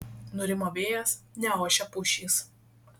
nurimo vėjas neošia pušys